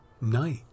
night